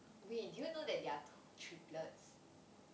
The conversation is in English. wait do you know that they are triplets